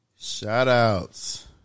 Shout-outs